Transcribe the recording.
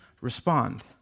respond